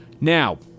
Now